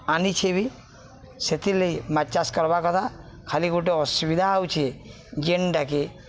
ଆନିଛେ ବି ସେଥିର୍ଲାଗି ମାଛ୍ ଚାଷ୍ କରବା କଥା ଖାଲି ଗୋଟେ ଅସୁବିଧା ହଉଛେ ଯେନ୍ଟାକି